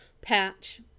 Patch